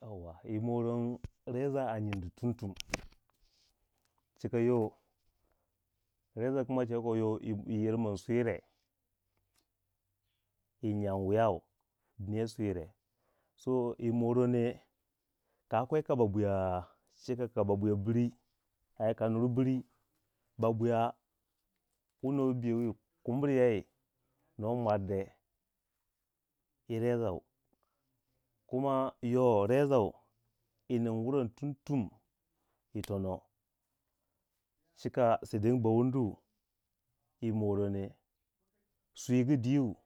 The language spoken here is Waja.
Yauwa yi morondi reza a nyindi tumtum, cika yo, reza kuma cegu ko yi yir min swire yi nyang wiyau, dinyei swire so yi morene ka kwei ka bobwiya cika ka bobwiya bri, ai kano bri bobwiiya wuni biye wi kumbur yei, no mwardei yi rezau, kuma yo rezau, i ningi wurang tum tum yitono, cika sedeng bawurndwu yi morene, swigu diu